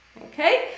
okay